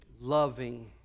loving